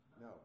no